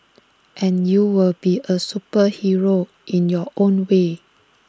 and you will be A superhero in your own way